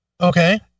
Okay